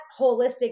holistic